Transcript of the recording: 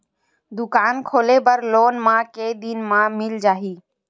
दुकान खोले बर लोन मा के दिन मा मिल जाही?